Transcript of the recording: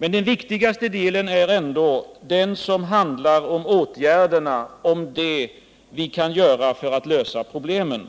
Men den viktigaste delen är ändå den som handlar om åtgärderna, om det vi kan göra för att lösa problemen.